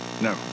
No